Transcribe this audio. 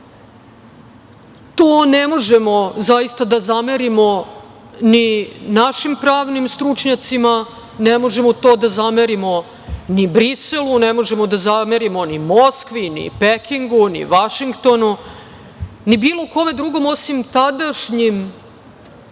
To ne možemo zaista da zamerimo ni našim pravnim stručnjacima, ne možemo to da zamerimo ni Briselu, ne možemo da zamerimo ni Moskvi, ni Pekingu, ni Vašingtonu, ni bilo kome drugom, osim tadašnjim